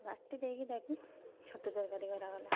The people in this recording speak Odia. ବାଟିଦେଇକି ତାକୁ ଛତୁ ତରକାରୀ କରାଗଲା